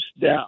down